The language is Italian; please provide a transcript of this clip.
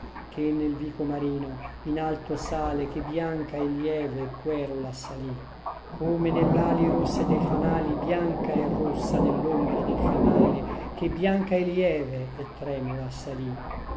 che nel vico marino in alto sale che bianca e lieve e querula salì come nell'ali rosse dei fanali bianca e rossa nell'ombra del fanale che bianca e lieve e tremula salì